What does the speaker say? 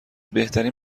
بهترین